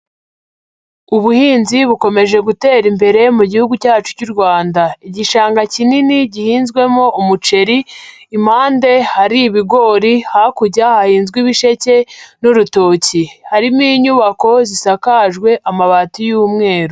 Ubuhinzi bukomeje gutera imbere mu gihugu cyacu cy'u Rwanda, igishanga kinini gihinzwemo umuceri, impande hari ibigori, hakurya hahinzwe ibisheke n'urutoki, harimo inyubako zisakajwe amabati y'umweru.